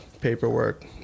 paperwork